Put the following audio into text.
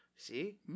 See